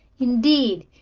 indeed,